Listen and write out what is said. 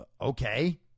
okay